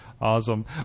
awesome